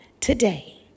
today